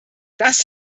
das